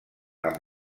amb